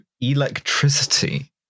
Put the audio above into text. electricity